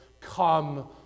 come